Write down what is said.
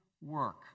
work